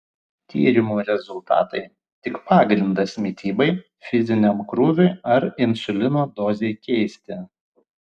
tyrimų rezultatai tik pagrindas mitybai fiziniam krūviui ar insulino dozei keisti